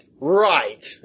Right